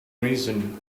reason